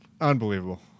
Unbelievable